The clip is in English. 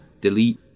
Delete